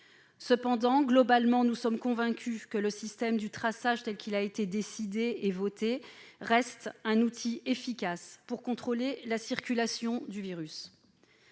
Cependant, nous sommes globalement convaincus que le système de traçage tel qu'il a été décidé et adopté reste un outil efficace pour contrôler la circulation du virus.